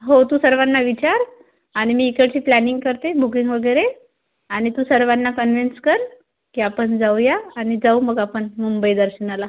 हो तू सर्वांना विचार आणि मी इकडची प्लॅनिंग करते बुकिंग वगैरे आणि तू सर्वांना कन्विन्स कर की आपण जाऊया आणि जाऊ मग आपण मुंबई दर्शनाला